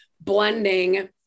blending